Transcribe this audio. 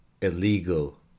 illegal